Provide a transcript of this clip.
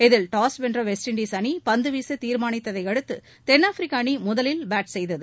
இதில் டாஸ் வெள்ற West Indies அணி பந்துவீச தீர்மாளித்ததையடுத்து தென்னாப்பிரிக்க அணி முதலில் பேட் செய்தது